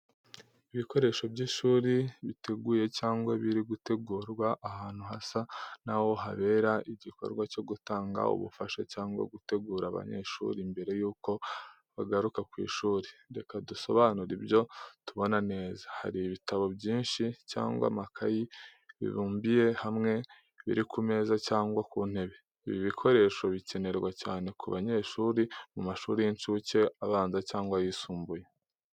Ibikoresho by’ishuri biteguye cyangwa biri gutegurwa, ahantu hasa n’aho habera igikorwa cyo gutanga ubufasha cyangwa gutegura abanyeshuri mbere y’uko bagaruka ku ishuri. Reka dusobanure ibyo tubona neza: Hari ibitabo byinshi cyangwa amakaye bibumbiye hamwe, biri ku meza cyangwa ku ntebe. Ibi bikoresho bikenerwa cyane ku banyeshuri mu mashuri y’incuke, abanza cyangwa ayisumbuye.